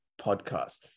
Podcast